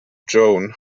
joan